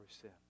sin